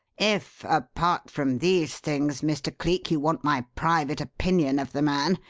if, apart from these things, mr. cleek, you want my private opinion of the man,